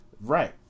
Right